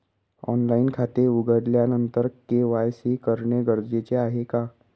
Online खाते उघडल्यानंतर KYC करणे गरजेचे आहे का?